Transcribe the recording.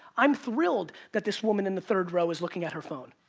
i'm thrilled that this woman in the third row is looking at her phone,